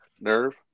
nerve